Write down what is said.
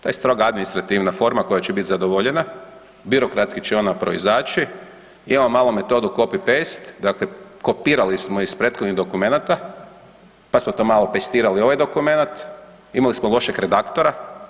To je strogo administrativna forma koja će bit zadovoljena, birokratski će ona proizaći, imamo malo metodu copy-paste dakle kopirali smo iz prethodnih dokumenata, pa smo to malo pejstirali u ovaj dokumenat, imali smo lošeg redaktora.